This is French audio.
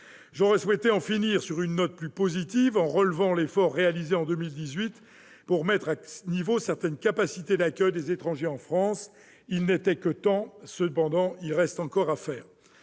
J'aurais souhaité finir sur une note plus positive en relevant l'effort réalisé en 2018 pour mettre à niveau certaines capacités d'accueil des étrangers en France. Il n'était que temps. Cependant, il reste encore à faire.